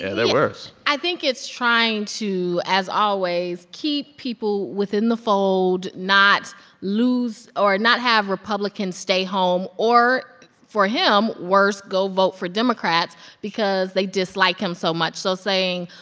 and they're worse i think it's trying to, as always, keep people within the fold, not lose or not have republicans stay home or for him, worse go vote for democrats because they dislike him so much. so saying,